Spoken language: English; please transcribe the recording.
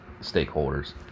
stakeholders